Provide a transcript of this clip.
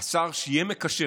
השר שיהיה מקשר,